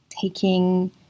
taking